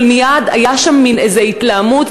אבל מייד הייתה שם איזה מין התלהמות,